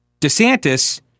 DeSantis